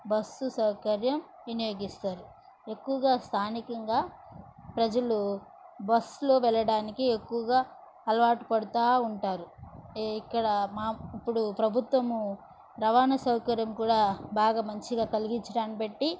bus సౌకర్యం వినియోగిస్తారు ఎక్కువగా స్థానికంగా ప్రజలు బస్లో వెళ్ళడానికి ఎక్కువగా అలవాటు పడతా ఉంటారు ఏ ఇక్కడ మాకు ఇప్పుడు ప్రభుత్వము రవాణా సౌకర్యం కూడా బాగా మంచిగా కలిగించడాన్ని బట్టి